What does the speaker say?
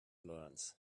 learns